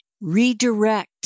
redirect